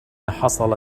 حصل